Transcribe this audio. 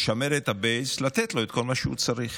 לשמר את הבייס, לתת לו את כל מה שהוא צריך,